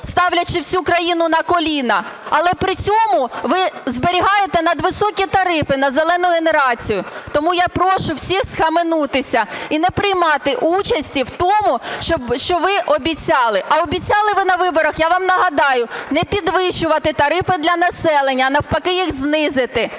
ставлячи всю країну на коліна, але при цьому ви зберігаєте надвисокі тарифи на "зелену" генерацію. Тому я прошу всіх схаменутися і не приймати участі в тому, що ви обіцяли. А обіцяли ви на виборах, я вам нагадаю, не підвищувати тарифи для населення, а навпаки їх знизити.